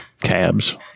Cabs